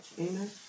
Amen